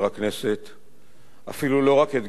אפילו לא רק את גדעון איש השב"כ המבריק,